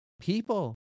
people